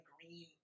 green